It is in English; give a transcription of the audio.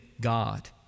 God